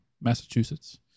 Massachusetts